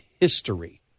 history